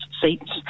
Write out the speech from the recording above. seats